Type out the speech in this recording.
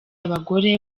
abagore